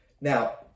Now